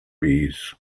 bees